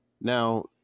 Now